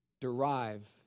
derive